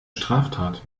straftat